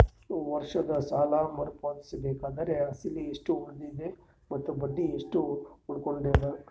ವರ್ಷದ ಸಾಲಾ ಮರು ಪಾವತಿಸಬೇಕಾದರ ಅಸಲ ಎಷ್ಟ ಉಳದದ ಮತ್ತ ಬಡ್ಡಿ ಎಷ್ಟ ಉಳಕೊಂಡದ?